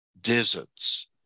deserts